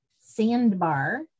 Sandbar